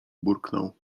burknął